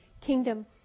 kingdom